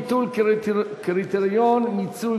הצעות לסדר-היום בנושא: ביטול קריטריון מיצוי